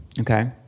Okay